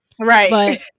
Right